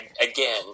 again